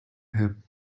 him